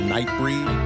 Nightbreed